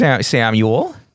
Samuel